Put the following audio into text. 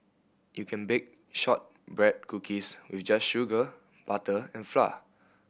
you can bake shortbread cookies with just sugar butter and flour